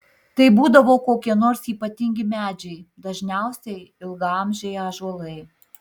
tai būdavo kokie nors ypatingi medžiai dažniausiai ilgaamžiai ąžuolai